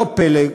לא פלא,